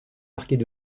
marquées